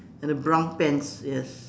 and the brown pants yes